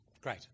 Great